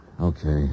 Okay